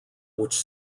which